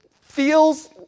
feels